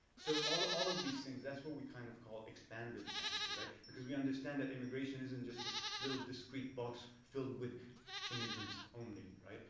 so all all of these things, that's what we kind of call expanded sanctuary, right, because we understand that immigration isn't just this little discrete box filled with immigrants only, right.